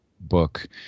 book